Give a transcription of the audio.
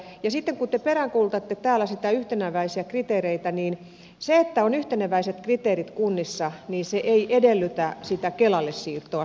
kun te peräänkuulutatte täällä niitä yhteneväisiä kriteereitä niin se että on yhteneväiset kriteerit kunnissa ei sinänsä edellytä sitä kelalle siirtoa